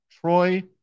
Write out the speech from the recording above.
Troy